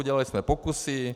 Dělali jsme pokusy.